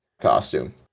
costume